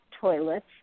toilets